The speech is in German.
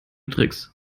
tricks